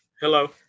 Hello